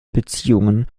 beziehungen